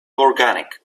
organic